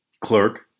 clerk